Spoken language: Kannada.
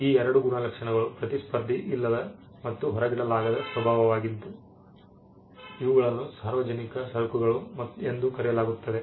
ಈ ಎರಡು ಗುಣಲಕ್ಷಣಗಳು ಪ್ರತಿಸ್ಪರ್ಧಿ ಇಲ್ಲದ ಮತ್ತು ಹೊರಗಿಡಲಾಗದ ಸ್ವಭಾವವಾಗಿದ್ದು ಇವುಗಳನ್ನು ಸಾರ್ವಜನಿಕ ಸರಕುಗಳು ಎಂದು ಕರೆಯಲಾಗುತ್ತದೆ